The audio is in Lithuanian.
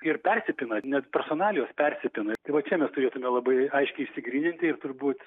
ir persipina net personalijos persipina tai vat čia mes turėtume labai aiškiai išsigryninti turbūt